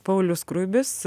paulius skruibis